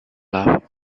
laugh